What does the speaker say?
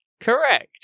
correct